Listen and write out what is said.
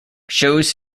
shows